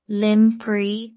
limpri